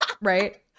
right